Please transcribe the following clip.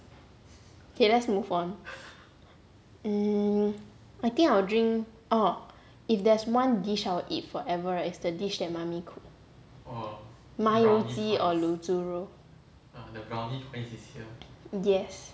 okay let's move on mm I think I will drink orh if there's one dish I will eat forever right is the dish that mummy cook 麻油鸡 or 卤猪肉